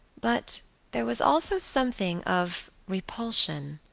but there was also something of repulsion.